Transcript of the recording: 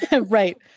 right